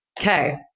Okay